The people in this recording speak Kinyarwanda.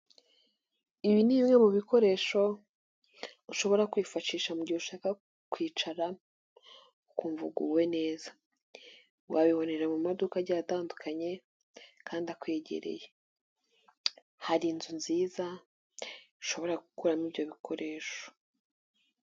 Ibi ni bimwe mu bikoresho ushobora kwifashisha mu gihe ushaka kwicara ukumva uguwe neza, wabibonera mu maduka agiye atandukanye kandi akwegereye, hari inzu nziza ushobora gukuramo ibyo bikoresho.